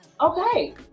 okay